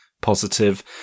positive